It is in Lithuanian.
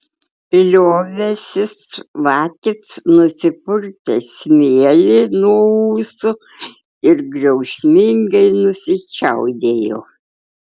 liovęsis lakis nusipurtė smėlį nuo ūsų ir griausmingai nusičiaudėjo